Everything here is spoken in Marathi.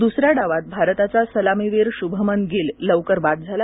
दुसऱ्या डावात भारताचा सलामीवीर शुभमन गिल लवकर बाद झाला